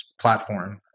platform